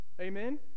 amen